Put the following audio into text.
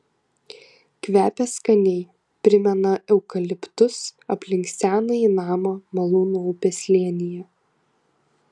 kvepia skaniai primena eukaliptus aplink senąjį namą malūno upės slėnyje